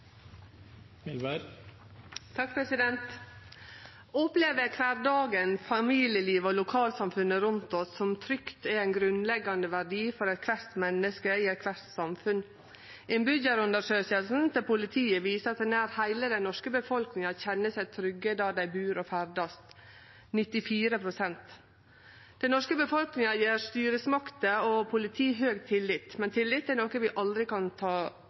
ein grunnleggjande verdi for alle menneske i alle samfunn. Innbyggjarundersøkinga til politiet viser at nær heile den norske befolkninga, 94 pst., kjenner seg trygge der dei bur og ferdast. Den norske befolkninga gjev styresmakter og politi høg tillit. Men tillit er noko vi aldri kan ta